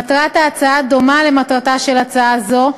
מטרת ההצעה דומה למטרתה של הצעה זו,